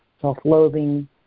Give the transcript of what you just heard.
self-loathing